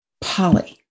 poly